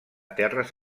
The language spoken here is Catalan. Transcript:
terres